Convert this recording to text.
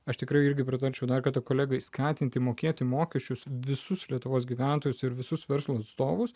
aš tikrai irgi pritarčiau dar kartą kolegai skatinti mokėti mokesčius visus lietuvos gyventojus ir visus verslo atstovus